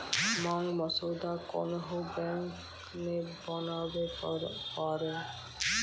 मांग मसौदा कोन्हो बैंक मे बनाबै पारै